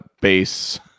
Base